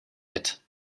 hit